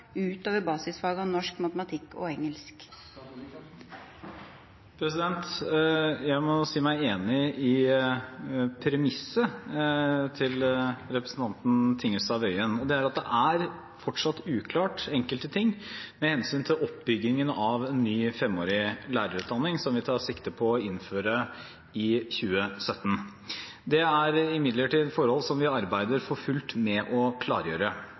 utover basisfagene norsk, matematikk og engelsk?» Jeg må si meg enig i premisset til representanten Tingelstad Wøien, og det er at enkelte ting fortsatt er uklart med hensyn til oppbygningen av en ny femårig lærerutdanning, som vi tar sikte på å innføre i 2017. Dette er imidlertid forhold som vi arbeider for fullt med å klargjøre.